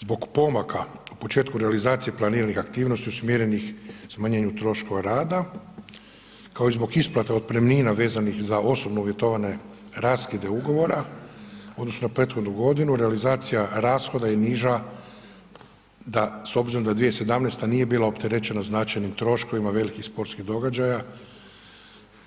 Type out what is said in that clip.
Zbog pomaka u početku realizacije planiranih aktivnosti usmjerenih smanjenju troškova rada kao i zbog isplata otpremnina vezanih za osobno uvjetovane raskide ugovora u odnosu na prethodnu godinu realizacija rashoda je niža da s obzirom da 2017. nije bila opterećena značajnim troškovima velikih sportskih događaja